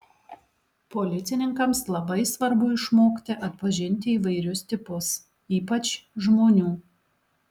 policininkams labai svarbu išmokti atpažinti įvairius tipus ypač žmonių